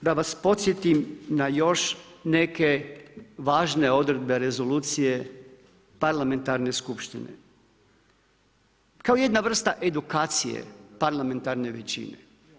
Nadalje, da vas podsjetim na još neke važne odredbe rezolucije parlamentarne skupštine kao jedna vrsta edukacije parlamentarne većine.